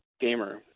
gamer